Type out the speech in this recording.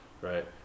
Right